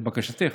לבקשתך,